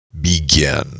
begin